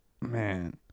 man